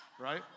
right